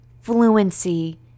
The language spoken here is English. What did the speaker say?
fluency